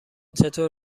چطور